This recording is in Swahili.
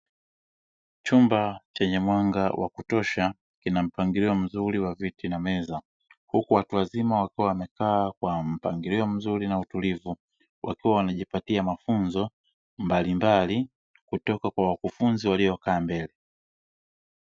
Chumba chenye mwanga wa kutosha kina mpangilio mzuri wa viti na meza huku watu wazima wakiwa wamekaa kwa mpangilio mzuri, na utulivu wakiwa wanajipatia mafunzo mbalimbali kutoka kwa wakufunzi waliokaa mbele.